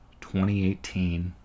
2018